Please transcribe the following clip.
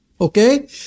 okay